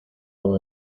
con